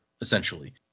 essentially